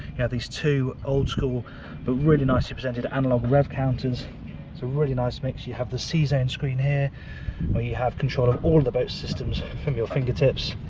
have these two old-school but really nicely presented analog rev counters, it's a really nice mix, you have the c-zone screen here where you have control of all the boat systems from your fingertips,